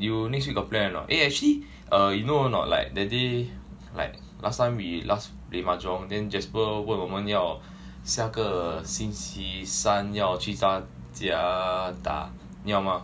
you next week got plan or not eh actually err you know or not like that day like last time we last play mahjong then jasper 问我们要下个星期三要去他家打要吗